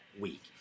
week